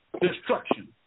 Destruction